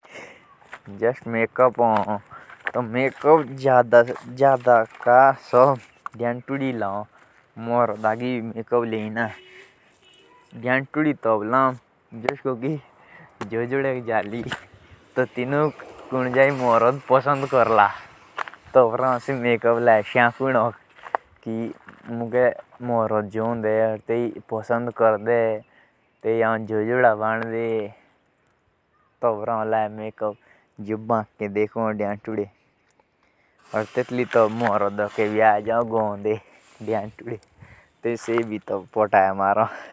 मेकू का उद्देश्य एना हो कि आपुक अच्छे देखुनोक और कतुई ड्रामे मुझा कतुई का रोल करनोक भी मेकू ही करो। एशो आमारे दोबो मेकू जादा दियातुदी ही करो जब। से शादी या कतुई उतसव मुझ जाओ।